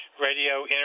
radio